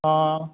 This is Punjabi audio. ਹਾਂ